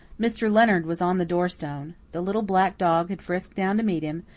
mr. leonard was on the door-stone. the little black dog had frisked down to meet him,